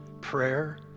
prayer